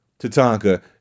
Tatanka